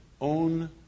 own